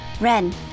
Ren